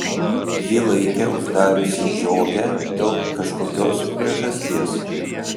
ji laikė uždariusi žiogę dėl kažkokios priežasties